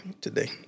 today